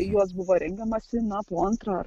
juos buvo rengiamasi na po antrą